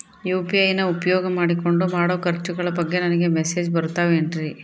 UPI ನ ಉಪಯೋಗ ಮಾಡಿಕೊಂಡು ಮಾಡೋ ಖರ್ಚುಗಳ ಬಗ್ಗೆ ನನಗೆ ಮೆಸೇಜ್ ಬರುತ್ತಾವೇನ್ರಿ?